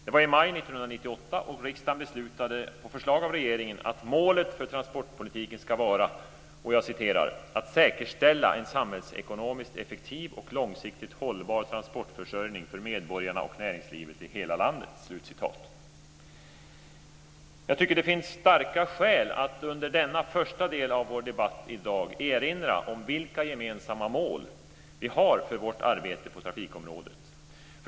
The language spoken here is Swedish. Det var i maj 1998, och riksdagen beslutade på förslag av regeringen att målet för transportpolitiken ska vara att "säkerställa en samhällsekonomiskt effektiv och långsiktigt hållbar transportförsörjning för medborgarna och näringslivet i hela landet." Jag tycker att det finns starka skäl att under denna första del av vår debatt i dag erinra om vilka gemensamma mål som vi har för vårt arbete på trafikområdet.